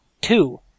Two